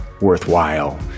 worthwhile